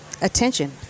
attention